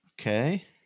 Okay